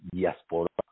Diaspora